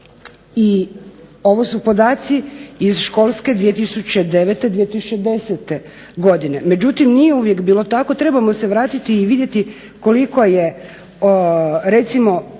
I ovo su podaci iz školske 2009./2010. godine, međutim nije uvijek bilo tako trebamo se vratiti i vidjeti koliko je recimo